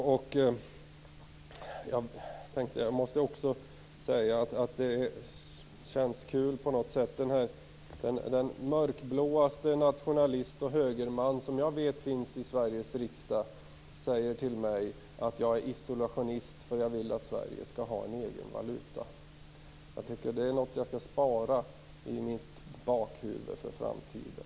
Det känns också roligt att den såvitt jag vet mörkblåaste nationalist och högerman som finns i Sveriges riksdag säger till mig att jag är isolationist, eftersom jag vill att Sverige skall ha en egen valuta. De är något som jag skall ha med i bakhuvudet inför framtiden.